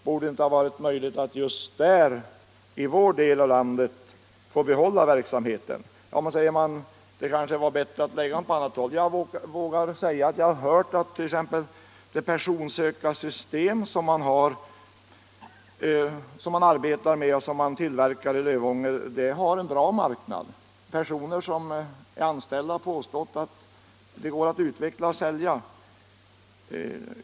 Borde det inte ha varit möjligt att just vår del av landet fått behålla verksamheten? Jag har hört att t.ex. det personsökarsystem som man tillverkar i Lövånger har en bra marknad. Anställda vid företaget har påstått att det systemet kan utvecklas och säljas.